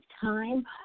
time